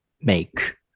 make